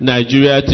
Nigeria